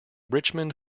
richmond